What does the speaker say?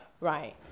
Right